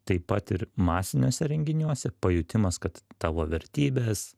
taip pat ir masiniuose renginiuose pajutimas kad tavo vertybės